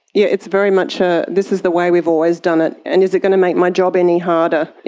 yeah it's very much a this is the way we've always done it, and is it going to make my job any harder.